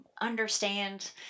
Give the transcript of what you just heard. understand